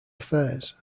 affairs